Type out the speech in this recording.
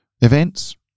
events